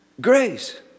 grace